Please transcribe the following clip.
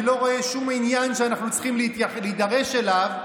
אני לא רואה שום עניין שאנחנו צריכים להידרש אליו,